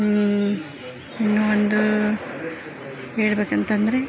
ಇನ್ನು ಒಂದು ಹೇಳ್ಬೇಕಂತಂದರೆ